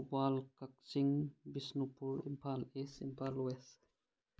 Thoubal Kakching Bishnupur Imphal East Imphal west